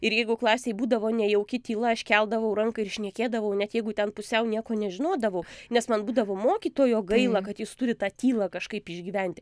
ir jeigu klasėj būdavo nejauki tyla aš keldavau ranką ir šnekėdavau net jeigu ten pusiau nieko nežinodavau nes man būdavo mokytojo gaila kad jis turi tą tylą kažkaip išgyventi